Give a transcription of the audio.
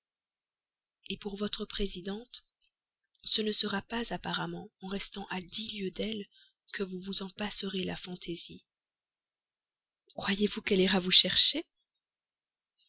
volanges pour votre présidente ce ne sera pas apparemment en restant à dix lieues d'elle que vous vous en passerez la fantaisie croyez-vous qu'elle ira vous chercher